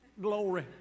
Glory